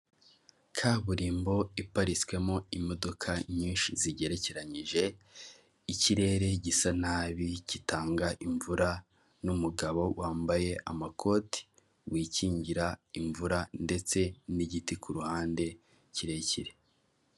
Kaburimbo iparitswemo imodoka nyinshi zigerekeranyije, ikirere gisa nabi gitanga imvura n'umugabo wambaye amakoti wikingira imvura ndetse n'igiti kuruhande kirekire.